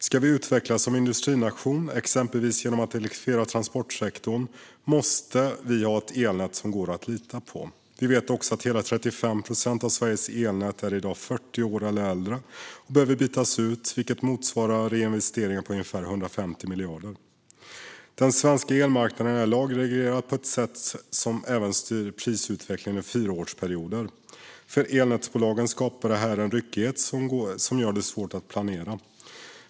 Ska vi utvecklas som industrination, exempelvis genom att elektrifiera transportsektorn, måste vi ha ett elnät som går att lita på. Vi vet också att hela 35 procent av Sveriges elnät i dag är 40 år eller äldre och behöver bytas ut, vilket motsvarar reinvesteringar på ungefär 150 miljarder. Den svenska elmarknaden är lagreglerad på ett sätt som även styr prisutvecklingen i fyraårsperioder. För elnätsbolagen skapar det här en ryckighet som gör det svårt att planera.